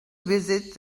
visit